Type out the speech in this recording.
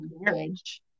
marriage